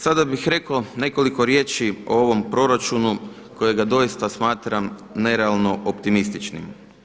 Sada bih rekao nekoliko riječi o ovom proračunu kojega doista smatram nerealno optimističnim.